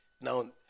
Now